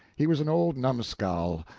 he was an old numskull,